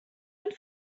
und